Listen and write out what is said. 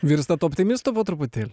virstat optimistu po truputėlį